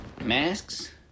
Masks